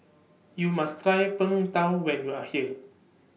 YOU must Try Png Tao when YOU Are here